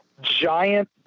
giant